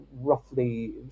roughly